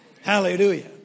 Hallelujah